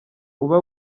uba